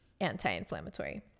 anti-inflammatory